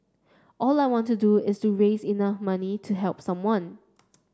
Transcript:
all I wanted to do is to raise enough money to help someone